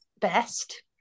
best